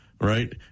right